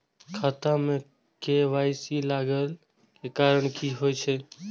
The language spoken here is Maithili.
खाता मे के.वाई.सी लागै के कारण की होय छै?